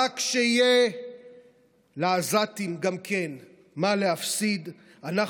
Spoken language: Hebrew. רק כשיהיה גם לעזתים מה להפסיד אנחנו